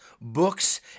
books